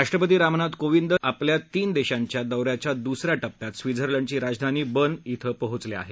राष्ट्रपती रामनाथ कोविंद आपल्या तीन देशांच्या दौऱ्याच्या दुसऱ्या टप्प्यात स्वित्झर्लंडची राजधानी बर्न इथं पोहोचले आहेत